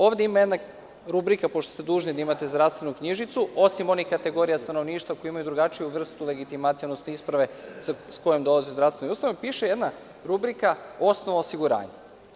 Ovde ima jedna rubrika, pošto ste dužni da imate zdravstvenu knjižicu, osim onih kategorija stanovništva koji ima drugačiju vrstu legitimacije, odnosno isprave s kojom dolaze u zdravstvene ustanove – osnov osiguranja.